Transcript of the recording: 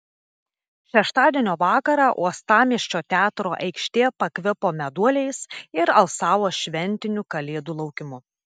šeštadienio vakarą uostamiesčio teatro aikštė pakvipo meduoliais ir alsavo šventiniu kalėdų laukimu